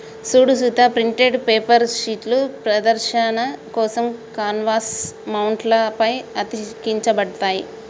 సూడు Sita printed paper షీట్లు ప్రదర్శన కోసం కాన్వాస్ మౌంట్ల పై అతికించబడతాయి